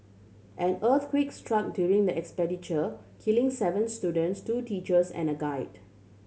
an earthquake struck during the expediture killing seven students two teachers and a guide